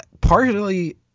Partially